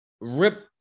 rip